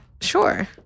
sure